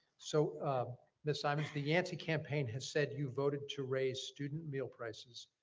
so miss simonds the yancey campaign has said you voted to raise student meal prices.